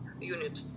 unit